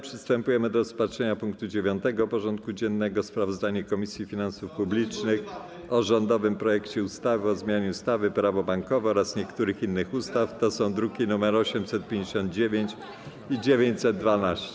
Przystępujemy do rozpatrzenia punktu 9. porządku dziennego: Sprawozdanie Komisji Finansów Publicznych o rządowym projekcie ustawy o zmianie ustawy - Prawo bankowe oraz niektórych innych ustaw (druki nr 859 i 912)